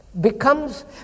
Becomes